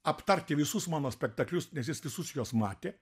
aptarti visus mano spektaklius nes jis visus juos matė